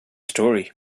story